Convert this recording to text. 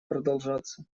продолжаться